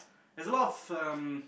there's a lot of um